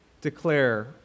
declare